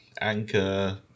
Anchor